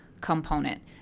component